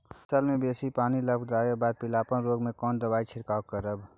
फसल मे बेसी पानी लागलाक बाद पीलापन रोग पर केना दबाई से छिरकाव करब?